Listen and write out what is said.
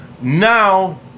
Now